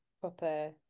proper